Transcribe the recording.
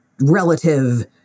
relative